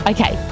Okay